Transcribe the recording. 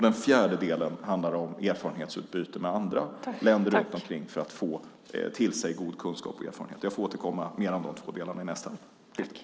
Den fjärde delen handlar om erfarenhetsutbyte med andra länder för att man ska få goda kunskaper och erfarenheter. Jag får återkomma mer till dessa två delar i nästa inlägg.